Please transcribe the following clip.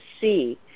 see